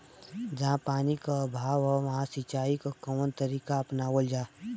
जहाँ पानी क अभाव ह वहां सिंचाई क कवन तरीका अपनावल जा?